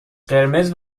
قرمز